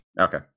Okay